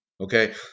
okay